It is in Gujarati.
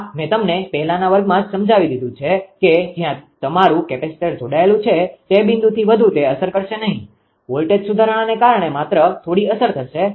આ મેં તમને પહેલાના વર્ગમાં જ સમજાવી દીધું છે કે જ્યાં તમારું કેપેસિટર જોડાયેલું છે તે બિંદુથી વધુ તે અસર કરશે નહીં વોલ્ટેજ સુધારણાને કારણે માત્ર થોડી અસર થશે